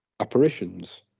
Apparitions